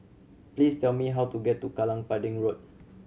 please tell me how to get to Kallang Pudding Road